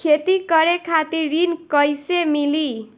खेती करे खातिर ऋण कइसे मिली?